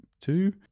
two